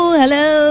hello